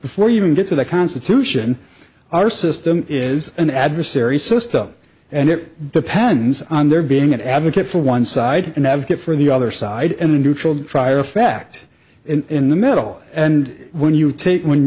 before you even get to the constitution our system is an adversary system and it depends on there being an advocate for one side an advocate for the other side and a neutral trier of fact in the middle and when you take when